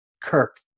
Kirk